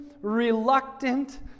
reluctant